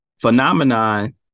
Phenomenon